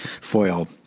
foil